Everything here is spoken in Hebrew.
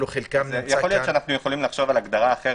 יכול להיות שאנחנו יכולים לחשוב על הגדרה אחרת,